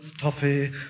toffee